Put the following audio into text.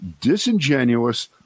disingenuous